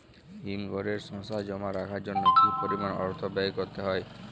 হিমঘরে শসা জমা রাখার জন্য কি পরিমাণ অর্থ ব্যয় করতে হয়?